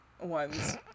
ones